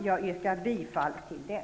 Jag yrkar bifall till den.